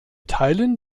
teilten